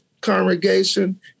congregation